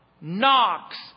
knocks